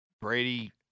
Brady